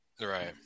Right